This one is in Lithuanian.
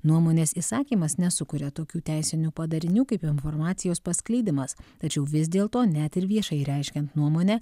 nuomonės išsakymas nesukuria tokių teisinių padarinių kaip informacijos paskleidimas tačiau vis dėlto net ir viešai reiškiant nuomonę